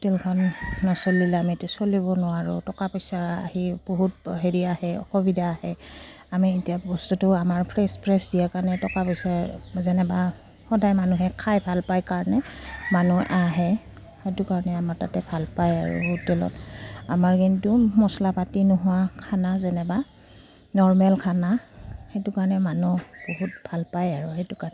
হোটেলখন নচলিলে আমিটো চলিব নোৱাৰোঁ টকা পইচা আহি বহুত হেৰি আহে অসুবিধা আহে আমি এতিয়া বস্তুটো আমাৰ ফ্ৰেছ ফ্ৰেছ দিয়াৰ কাৰণে টকা পইচাৰ যেনিবা সদায় মানুহে খাই ভালপায় কাৰণে মানুহ আহে সেইটো কাৰণে আমাৰ তাতে ভালপায় আৰু হোটেলত আমাৰ কিন্তু মচলা পাতি নোহোৱা খানা যেনিবা নৰৰ্মেল খানা সেইটো কাৰণে মানুহ বহুত ভালপায় আৰু সেইটো কাৰণে